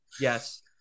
yes